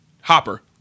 Hopper